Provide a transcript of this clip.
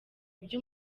iki